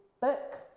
book